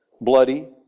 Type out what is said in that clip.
bloody